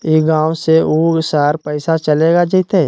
ई गांव से ऊ शहर पैसा चलेगा जयते?